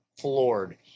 floored